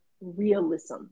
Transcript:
realism